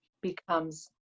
becomes